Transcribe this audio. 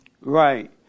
Right